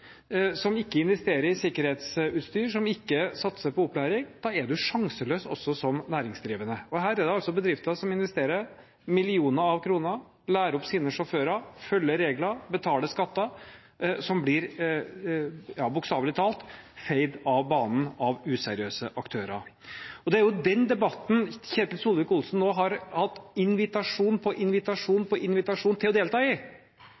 som ikke investerer i sikkerhetsutstyr, og som ikke satser på opplæring, da er man sjanseløs også som næringsdrivende. Her er det altså bedrifter som investerer millioner av kroner, lærer opp sine sjåfører, følger regler og betaler skatter, som bokstavelig talt blir feid av banen av useriøse aktører. Og det er den debatten Ketil Solvik-Olsen nå har hatt invitasjon på invitasjon på invitasjon til å delta i,